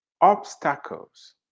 obstacles